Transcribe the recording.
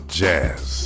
jazz